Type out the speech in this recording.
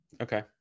okay